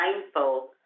mindful